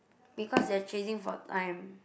because they're chasing for time